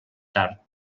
tard